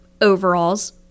overalls